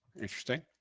interesting.